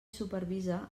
supervisa